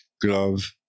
glove